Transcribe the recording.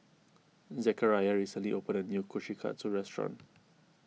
Zachariah recently opened a new Kushikatsu restaurant